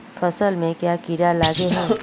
फसल में क्याँ कीड़ा लागे है?